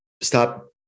stop